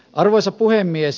arvoisa puhemies